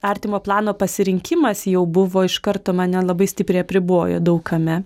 artimo plano pasirinkimas jau buvo iš karto mane labai stipriai apribojo daug kame